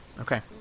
Okay